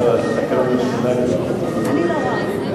התקנון השתנה בינתיים.